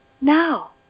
now